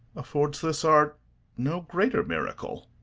affords this art no greater miracle?